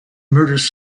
murders